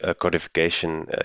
codification